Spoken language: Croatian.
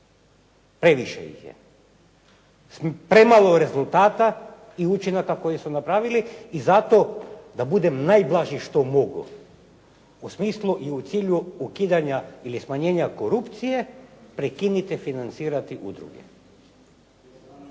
Previše ih je. Premalo rezultata i učinaka koji su napravili i zato da budem najblaži što mogu, u smislu i u cilju ukidanja ili smanjenja korupcije, prekinite financirati udruge.